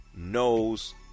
Knows